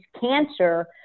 cancer